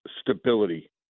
stability